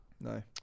No